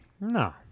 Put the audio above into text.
No